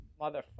motherfucker